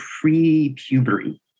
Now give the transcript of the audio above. pre-puberty